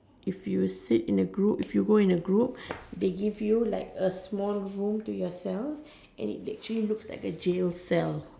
if you seat in a group if you go in a group they give you like a small room to yourself and it actually looks like a jail cell